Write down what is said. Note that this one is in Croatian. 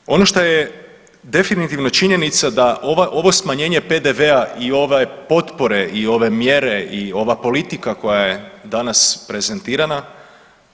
Nadalje, ono šta je definitivno činjenica da ovo smanjenje PDV-a i ove potpore i ove mjere i ova politika koja je danas prezentirana,